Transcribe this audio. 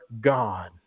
God